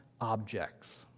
Objects